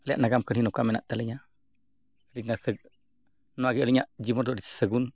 ᱟᱞᱮᱭᱟᱜ ᱱᱟᱜᱟᱢ ᱠᱟᱹᱦᱱᱤ ᱱᱚᱝᱠᱟ ᱢᱮᱱᱟᱜ ᱛᱟᱹᱞᱤᱧᱟ ᱱᱚᱣᱟᱜᱮ ᱟᱹᱞᱤᱧᱟᱜ ᱡᱤᱵᱚᱱ ᱨᱮ ᱟᱹᱰᱤ ᱥᱟᱹᱜᱩᱱ